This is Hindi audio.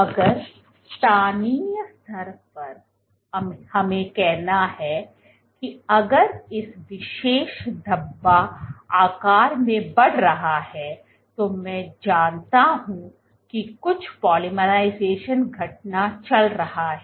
अगर स्थानीय स्तर पर हमें कहना है कि अगर इस विशेष धब्बा आकार में बढ़ रहा है तो मैं जानता हूं कि कुछ पॉलीमराइजेशन घटना चल रहा है